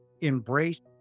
embraced